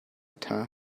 ṭha